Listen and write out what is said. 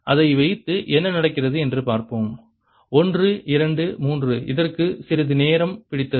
எனவே அதை வைத்து என்ன நடக்கிறது என்று பார்ப்போம் 1 2 3 இதற்கு சிறிது நேரம் பிடித்தது